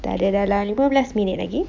kita ada dalam lima belas minit lagi